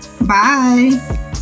bye